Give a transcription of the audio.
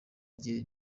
rye